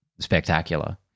spectacular